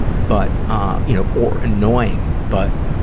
but, ah, you know, or annoying. but,